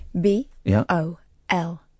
B-O-L